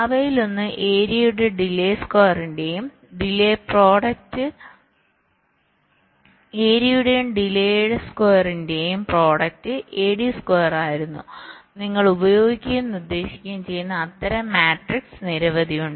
അവയിലൊന്ന് ഏരിയയുടെയും ഡിലേ സ്ക്വയറിന്റെയും പ്രോഡക്റ്റ് a d സ്ക്വയർ ആയിരുന്നു നിങ്ങൾ ഉപയോഗിക്കുകയും നിർദ്ദേശിക്കുകയും ചെയ്യുന്ന അത്തരം മാട്രിക്സ് നിരവധിയുണ്ട്